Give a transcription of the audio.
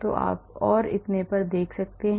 तो आप और इतने पर देख सकते हैं